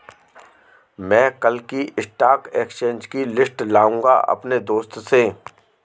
मै कल की stock exchange की लिस्ट लाऊंगा अपने दोस्त से